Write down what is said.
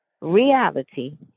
reality